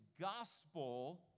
gospel